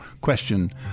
question